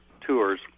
tours